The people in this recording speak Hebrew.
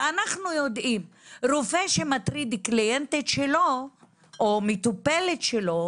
ואנחנו יודעים רופא שמטריד קליינטית שלו או מטופלת שלו,